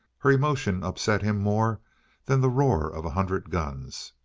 her emotion upset him more than the roar of a hundred guns.